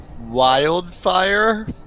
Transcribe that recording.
Wildfire